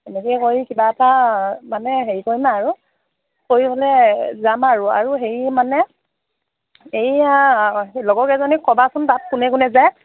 এনেকৈ কৰি কিবা এটা মানে হেৰি কৰিম আৰু কৰি মানে যাম আৰু আৰু হেৰি মানে এইয়া আ লগৰ কেইজনীক ক'বাচোন তাত কোনে কোনে যায়